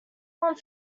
want